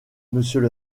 monsieur